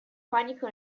panico